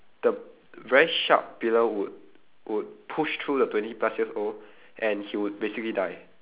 the very sharp pillar would would push through the twenty plus years old and he will basically die